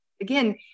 Again